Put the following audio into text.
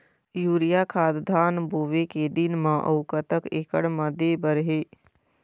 Urea खाद धान बोवे के दिन म अऊ कतक एकड़ मे दे बर हे?